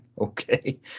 Okay